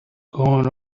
going